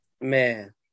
man